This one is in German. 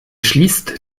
schließt